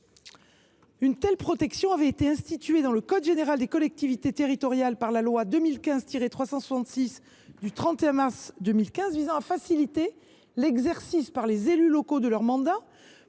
Une telle protection avait été instituée dans le code général des collectivités territoriales par la loi n° 2015 366 du 31 mars 2015 visant à faciliter l’exercice, par les élus locaux, de leur mandat,